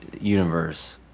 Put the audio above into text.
universe